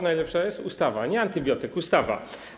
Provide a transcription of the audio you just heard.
Najlepsza jest ustawa, nie antybiotyk, ustawa.